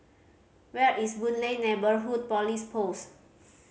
where is Boon Lay Neighbourhood Police Post